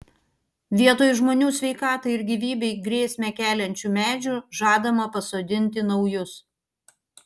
vietoj žmonių sveikatai ir gyvybei grėsmę keliančių medžių žadama pasodinti naujus